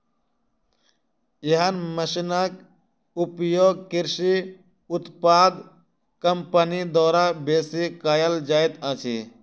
एहन मशीनक उपयोग कृषि उत्पाद कम्पनी द्वारा बेसी कयल जाइत अछि